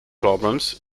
problems